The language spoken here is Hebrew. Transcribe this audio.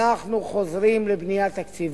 אנחנו חוזרים לבנייה תקציבית.